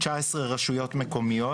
19 רשויות מקומיות.